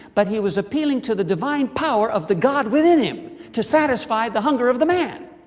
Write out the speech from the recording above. but he was appealing to the divine power of the god within him, to satisfy the hunger of the man.